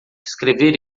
escrever